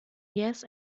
jähes